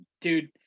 dude